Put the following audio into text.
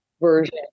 version